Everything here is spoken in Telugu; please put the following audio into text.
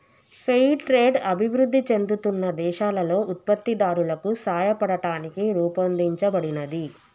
ఫెయిర్ ట్రేడ్ అభివృద్ధి చెందుతున్న దేశాలలో ఉత్పత్తిదారులకు సాయపడటానికి రూపొందించబడినది